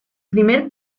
primer